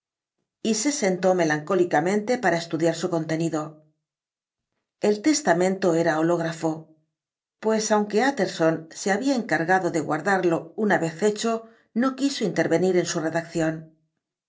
y se sentó melancólicamente para estudiar su contenido el testamento era ológrafo pues aunque utterson se el de jektll había encargado de guardarlo una vez hecho no quiso intervenir en su redacción